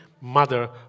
mother